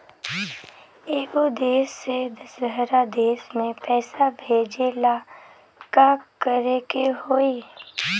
एगो देश से दशहरा देश मे पैसा भेजे ला का करेके होई?